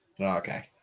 Okay